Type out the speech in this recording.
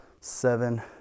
seven